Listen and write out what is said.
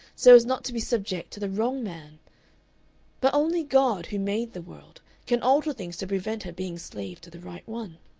so as not to be subject to the wrong man but only god, who made the world, can alter things to prevent her being slave to the right one.